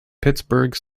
pittsburgh